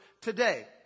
today